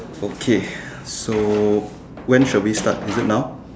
okay so when shall we start is it now